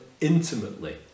intimately